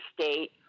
state